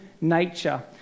nature